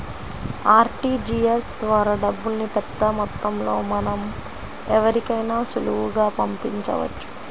RTGS ద్వారా డబ్బుల్ని పెద్దమొత్తంలో మనం ఎవరికైనా సులువుగా పంపించవచ్చు